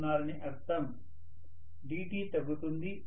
dt తగ్గుతుంది